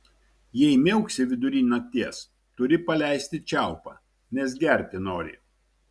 jei miauksi vidury nakties turi paleisti čiaupą nes gerti nori